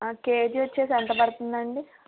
KG వచ్చేసి ఎంత పడుతుంది అండి